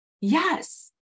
Yes